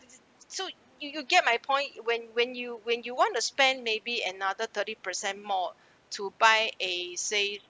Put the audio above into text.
so you you get my point when when you when you want to spend maybe another thirty percent more to buy a safe